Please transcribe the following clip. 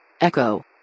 Echo